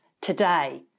today